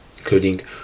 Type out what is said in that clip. including